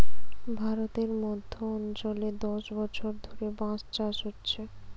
ভারতের মধ্য অঞ্চলে দশ বছর ধরে বাঁশ চাষ হচ্ছে